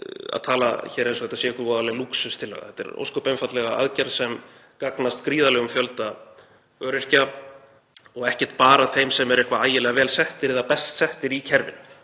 að tala hér eins og þetta sé einhver voðaleg lúxustillaga. Þetta er ósköp einfaldlega aðgerð sem gagnast gríðarlegum fjölda öryrkja og ekki bara þeim sem eru eitthvað ægilega vel eða best settir í kerfinu.